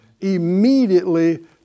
immediately